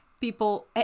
people